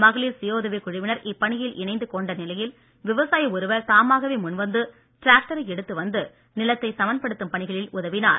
மகளிர் சுய உதவிக் குழுவினர் இப்பணியில் இணைந்து கொண்ட நிலையில் விவசாயி ஒருவர் தாமாகவே முன்வந்து டிராக்டரை எடுத்து வந்து நிலத்தை சமன்படுத்தும் பணிகளில் உதவினார்